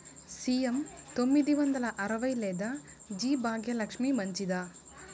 CM తొమ్మిది వందల అరవై లేదా జి భాగ్యలక్ష్మి మంచిదా?